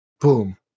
Boom